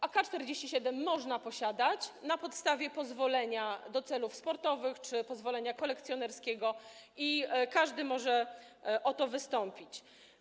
AK-47 można posiadać na podstawie pozwolenia do celów sportowych czy pozwolenia kolekcjonerskiego i każdy może o to wystąpić.